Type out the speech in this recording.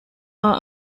are